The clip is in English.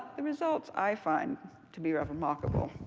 the results i find to be a remarkable,